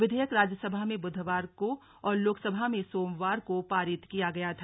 विधेयक राज्यसभा में बुधवार को और लोकसभा में सोमवार को पारित किया गया था